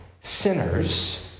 sinners